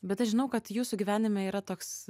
bet aš žinau kad jūsų gyvenime yra toks